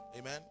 Amen